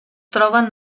troben